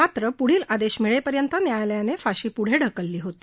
परंतू पुढील आदेश मिळेपर्यंत न्यायालयाने फाशी पुढे ढकलली होती